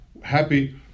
Happy